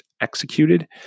executed